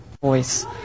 voice